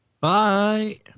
Bye